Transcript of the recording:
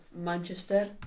Manchester